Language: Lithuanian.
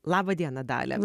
laba diena dalia